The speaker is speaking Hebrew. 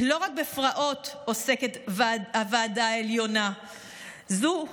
לא רק בפרעות עוסקת הוועדה העליונה הזו,